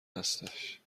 هستش